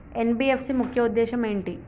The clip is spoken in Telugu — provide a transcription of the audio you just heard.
ఎన్.బి.ఎఫ్.సి ముఖ్య ఉద్దేశం ఏంటి?